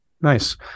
Nice